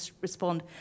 respond